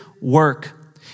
work